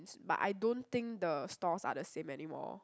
but I don't think the stores are the same anymore